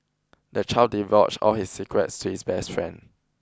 the child divulged all his secrets to his best friend